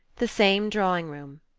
the same drawing-room.